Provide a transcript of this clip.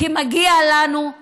כי מגיע לנו.